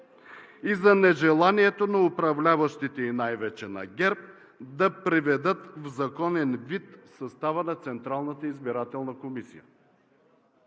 И за нежеланието на управляващите, и най-вече на ГЕРБ, да приведат в законен вид състава на Централната избирателна комисия.